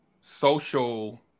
social